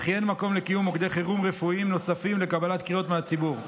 וכי אין מקום לקיום מוקדי חירום רפואי נוספים לקבלת קריאות מהציבור.